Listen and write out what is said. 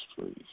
please